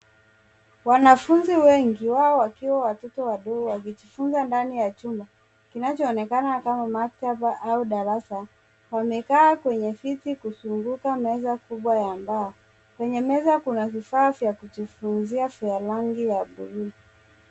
Wanafunzi wengi, wengi wao wakiwa watoto wadogo wakijifunza ndani ya chumba, kinachoonekana kama maktaba au darasa. Wamekaa kwenye viti kuzunguka meza kubwa ya mbao. Kwenye meza kuna vifaa vya kujifunzia vya rangi ya bluu.